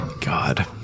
god